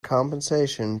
compensation